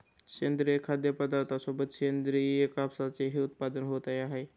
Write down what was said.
सेंद्रिय खाद्यपदार्थांसोबतच सेंद्रिय कापसाचेही उत्पादन होत आहे